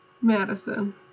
Madison